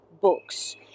books